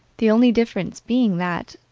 the only difference being that,